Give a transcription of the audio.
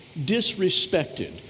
disrespected